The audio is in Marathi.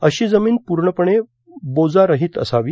अशी जमीन प्र्णपणे बोजारहीत असावी